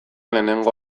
lehenengo